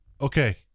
okay